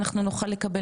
נשלח לכם קישור,